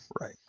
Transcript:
Right